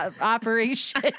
operation